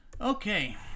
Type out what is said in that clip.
Okay